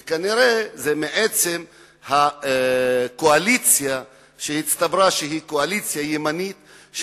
וזה כנראה מעצם הקואליציה שהיא קואליציה ימנית,